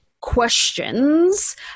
questions